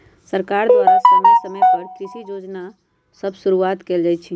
सरकार द्वारा समय समय पर कृषि जोजना सभ शुरुआत कएल जाइ छइ